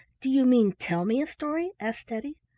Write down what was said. do you mean tell me a story? asked teddy.